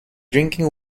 drinking